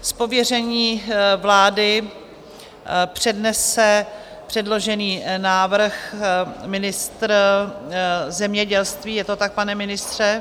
Z pověření vlády přednese předložený návrh ministr zemědělství, je to tak, pane ministře?